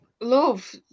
love